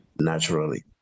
naturally